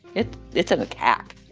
it's it's an attack